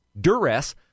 duress